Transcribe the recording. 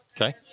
Okay